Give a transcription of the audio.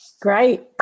Great